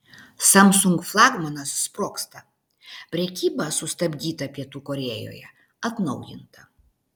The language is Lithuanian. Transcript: samsung flagmanas sprogsta prekyba sustabdyta pietų korėjoje atnaujinta